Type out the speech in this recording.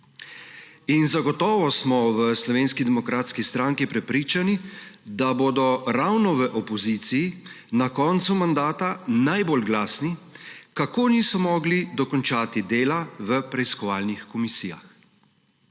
Zagotovo smo v Slovenski demokratski stranki prepričani, da bodo ravno v opoziciji na koncu mandata najbolj glasni, kako niso mogli dokončati dela v preiskovalnih komisijah.